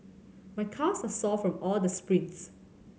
my calves are sore from all the sprints